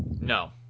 No